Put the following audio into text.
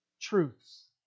truths